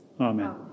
Amen